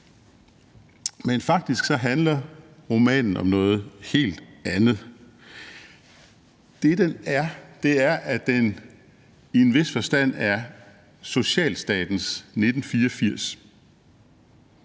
Men faktisk handler romanen om noget helt andet. Den er nemlig i en vis forstand socialstatens »1984«.